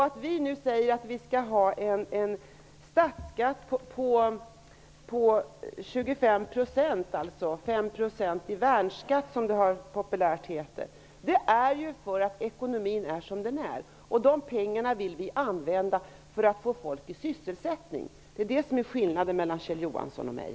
Att vi nu föreslår en statsskatt på 25 %, med 5 % i värnskatt, som det populärt heter, beror ju på att ekonomin är som den är. Vi vill använda dessa pengar för att få folk i sysselsättning. Det är det som är skillnaden mellan Kjell Johansson och mig.